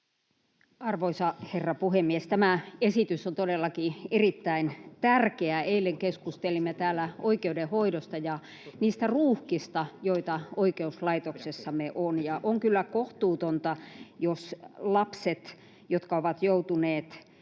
Arvoisa herra puhemies! Tämä esitys on todellakin erittäin tärkeä. Eilen keskustelimme täällä oikeudenhoidosta ja niistä ruuhkista, joita oikeuslaitoksessamme on. On kyllä kohtuutonta, jos lapsiin, jotka ovat joutuneet